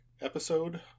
Episode